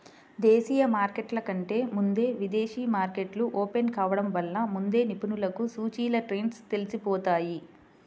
దేశీయ మార్కెట్ల కంటే ముందే విదేశీ మార్కెట్లు ఓపెన్ కావడం వలన ముందే నిపుణులకు సూచీల ట్రెండ్స్ తెలిసిపోతాయి